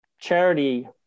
charity